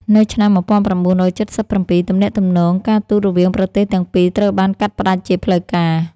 នៅឆ្នាំ១៩៧៧ ទំនាក់ទំនងការទូតរវាងប្រទេសទាំងពីរត្រូវបានកាត់ផ្ដាច់ជាផ្លូវការ។